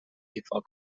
ایفا